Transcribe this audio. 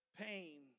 Pain